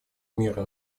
мира